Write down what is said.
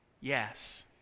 Yes